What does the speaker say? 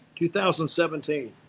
2017